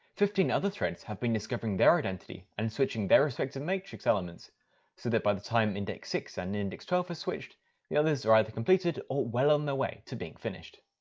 fifteen other threads have been discovering their identity and switching their respective matrix elements so that by the time index six and index twelve are switched the others are either completed, or well on the way to being finished.